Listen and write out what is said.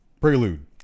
Prelude